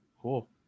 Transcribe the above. cool